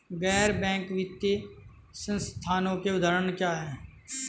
गैर बैंक वित्तीय संस्थानों के उदाहरण क्या हैं?